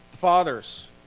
fathers